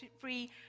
free